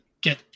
get